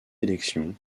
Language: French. élections